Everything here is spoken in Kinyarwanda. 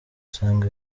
usanga